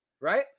right